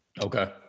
Okay